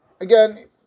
again